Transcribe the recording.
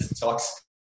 talks